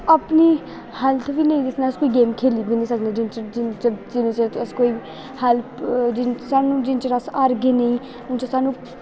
अपनी हैल्थ नी जिन्नै चिर अस कोई गेम खेली गै सकदे जिन्ना चिर अस कोई हैल्थ जिन्ने चिर अस हारगे नेईं उन्नै चिर